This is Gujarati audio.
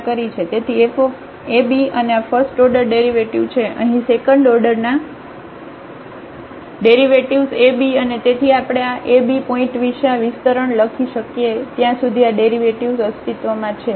તેથી fab અને આ ફસ્ટઓર્ડર ડેરિવેટિવ છે અહીં સેકન્ડ ઓર્ડરના ડેરિવેટિવ્ઝ ab અને તેથી આપણે આ ab પોઇન્ટ વિશે આ વિસ્તરણ લખી શકીએ ત્યાં સુધી આ ડેરિવેટિવ્ઝ અસ્તિત્વમાં છે